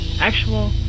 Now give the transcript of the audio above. actual